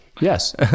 Yes